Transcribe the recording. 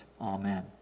Amen